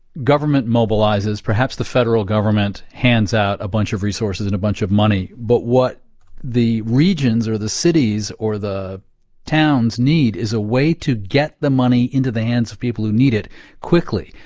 government mobilizes, perhaps the federal government hands out a bunch of resources and a bunch of money. but what the regions, or the cities, or the towns need is a way to get the money into the hands of people who need it quickly.